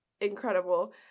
incredible